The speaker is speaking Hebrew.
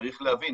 צריך להבין,